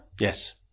yes